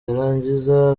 yarangiza